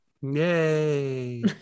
Yay